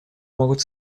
могут